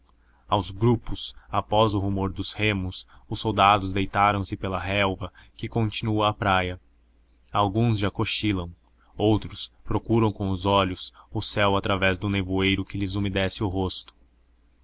aos grupos após o rumor dos remos os soldados deitaram se pela relva que continua a praia alguns já cochilam outros procuram com os olhos o céu através do nevoeiro que lhes umedece o rosto